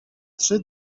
trzy